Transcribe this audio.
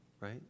right